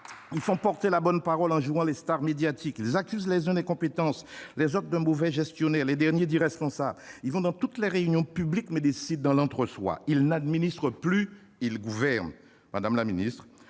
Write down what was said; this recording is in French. Ils vont porter la bonne parole en jouant les stars médiatiques. Ils accusent certains d'être incompétents, d'autres d'être de mauvais gestionnaires et les derniers d'être irresponsables. Ils vont dans toutes les réunions publiques, mais décident dans l'entre-soi. Ils n'administrent plus ; ils gouvernent ! Madame la ministre,